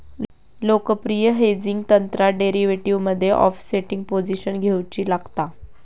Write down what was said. लोकप्रिय हेजिंग तंत्रात डेरीवेटीवमध्ये ओफसेटिंग पोझिशन घेउची लागता